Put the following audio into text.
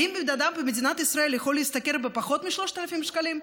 האם בן אדם במדינת ישראל יכול להשתכר פחות מ-3,000 שקלים?